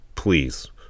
Please